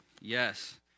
Yes